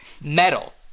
Metal